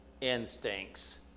instincts